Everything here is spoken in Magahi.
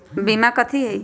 बीमा कथी है?